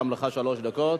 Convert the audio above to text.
בבקשה, גם לך שלוש דקות.